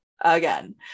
again